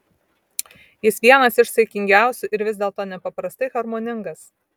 jis vienas iš saikingiausių ir vis dėlto nepaprastai harmoningas